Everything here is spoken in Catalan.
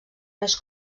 més